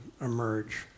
emerge